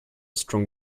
strong